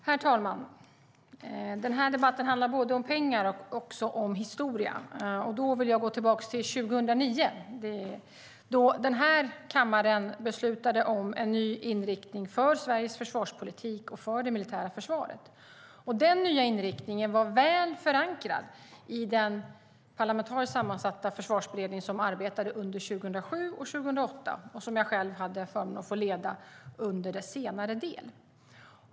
Herr talman! Den här debatten handlar både om pengar och om historia. Då vill jag gå tillbaka till 2009 då denna kammare beslutade om en ny inriktning för Sveriges försvarspolitik och för det militära försvaret. Denna nya inriktning var väl förankrad i den parlamentariskt sammansatta försvarsberedning som arbetade under 2007 och 2008 och som jag själv hade förmånen att få leda under dess senare del.